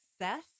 success